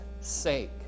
sake